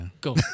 go